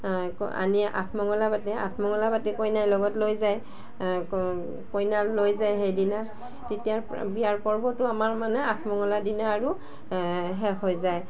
আনি আঠমঙলা পাতে আঠমঙলা পাতে কইনা লগত লৈ যায় ক কইনা লৈ যায় সেইদিনা তেতিয়াৰ বিয়াৰ পৰ্বটো আমাৰ মানে আঠমঙলা দিনা আৰু শেষ হৈ যায়